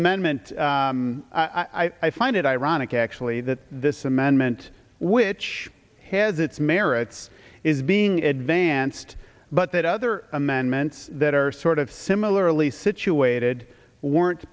amendment i find it ironic actually that this amendment which has its merits is being advanced but that other amendments that are sort of similarly situated weren't